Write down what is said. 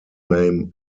name